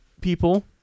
people